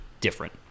different